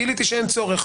גיליתי שאין צורך.